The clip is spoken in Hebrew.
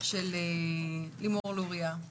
של לימור לוריא,